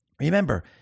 Remember